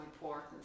important